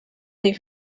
leave